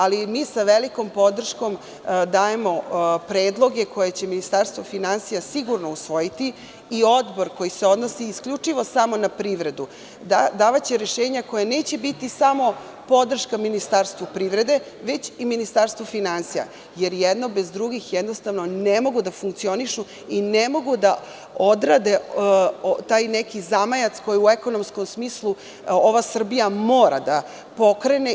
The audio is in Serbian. Ali mi sa velikom podrškom dajemo predloge koje će Ministarstvo finansija sigurno usvojiti i Odbor koji se odnosi isključivo samo na privredu, davaće rešenja koja neće biti samo podrška Ministarstvu privrede, već i Ministarstvu finansija, jer jedno bez drugih jednostavno ne mogu da funkcionišu i ne mogu da odrade taj neki zamajac koji u ekonomskom smislu ova Srbija mora da pokrene.